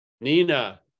Nina